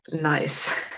nice